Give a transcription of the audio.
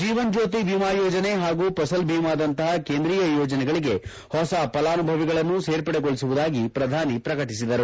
ಜೀವನ್ ಜ್ಯೋತಿ ವಿಮಾ ಯೋಜನೆ ಹಾಗೂ ಫಸಲ್ ಭೀಮಾದಂತಹ ಕೇಂದ್ರೀಯ ಯೋಜನೆಗಳಿಗೆ ಹೊಸ ಫಲಾನುಭವಿಗಳನ್ನು ಸೇರ್ಪಡೆಗೊಳಿಸುವುದಾಗಿ ಪ್ರಧಾನಿ ಪ್ರಕಟಿಸಿದರು